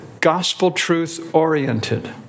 gospel-truth-oriented